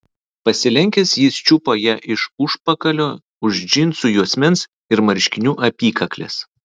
pasilenkęs jis čiupo ją iš užpakalio už džinsų juosmens ir marškinių apykaklės